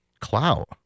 clout